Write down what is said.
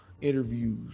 interviews